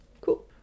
Cool